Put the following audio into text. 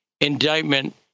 indictment